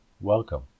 welcome